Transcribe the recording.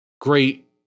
great